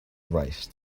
rice